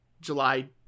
July